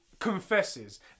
confesses